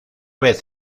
vez